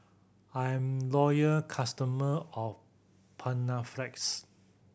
I'm loyal customer of Panaflex